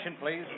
please